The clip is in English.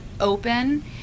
open